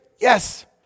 Yes